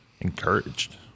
encouraged